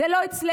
זה לא אצלנו,